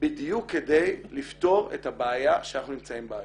בדיוק כדי לפתור את הבעיה שאנחנו נמצאים בה היום.